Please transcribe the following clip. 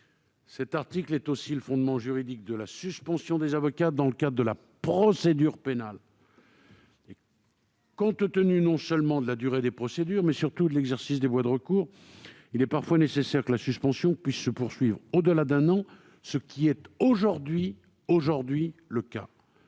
cet article est aussi le fondement juridique de la suspension des avocats dans le cadre de la procédure pénale. Compte tenu non seulement de la durée des procédures, mais surtout de l'exercice des voies de recours, il est parfois nécessaire que la suspension puisse se poursuivre au-delà d'un an. C'est d'ailleurs ce qui se passe